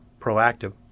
proactive